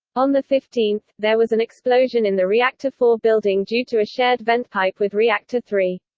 on the fifteenth, there was an explosion in the reactor four building due to a shared vent pipe with reactor three.